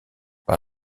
par